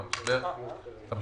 הרוב פה זה תיקונים